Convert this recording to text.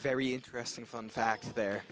very interesting fun facts there